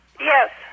Yes